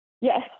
Yes